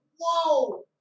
Whoa